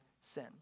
sin